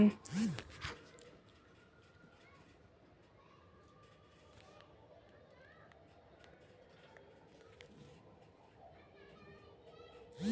NEFT ले पईसा कइसे निकाल सकत हन?